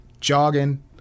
jogging